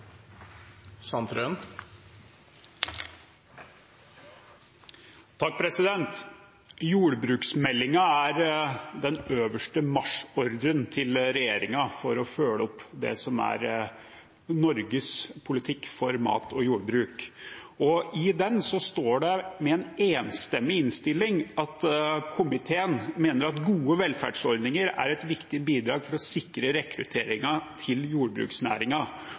er den øverste marsjordren til regjeringen for å følge opp det som er Norges politikk for mat og jordbruk. I forbindelse med den står det i en enstemmig innstilling at komiteen mener at gode velferdsordninger er et viktig bidrag for å sikre rekrutteringen til